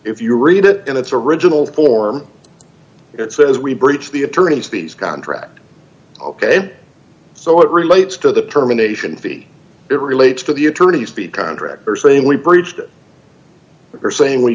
if you read it in its original form it says we breach the attorney's fees contract ok so it relates to the terminations fee it relates to the attorney's speed contractors saying we breached it are saying we